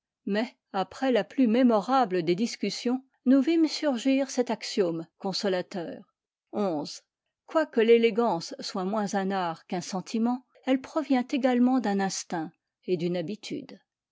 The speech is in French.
mais après la plus mémorable des discussions nous vîmes surgir cet axiome consolateur xi quoique l'élégance soit moins un art qu'un sentiment elle provient également d'un instinct et d'une habitude